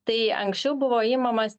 tai anksčiau buvo imamas